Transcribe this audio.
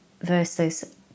versus